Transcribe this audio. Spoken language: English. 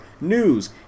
news